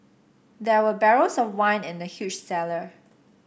there were barrels of wine in the huge cellar